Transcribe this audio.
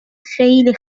خیلی